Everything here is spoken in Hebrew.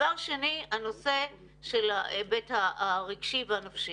דבר שני, הנושא של ההיבט הרגשי והנפשי.